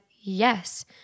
yes